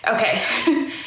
Okay